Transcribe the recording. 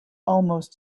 almost